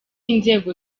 inzego